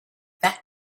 that